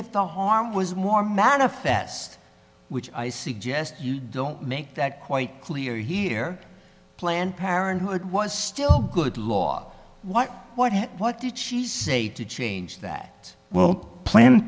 if the harm was more manifest which i suggest you don't make that quite clear here planned parenthood was still good law what what what did she say to change that well planned